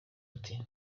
ati